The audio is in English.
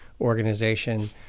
organization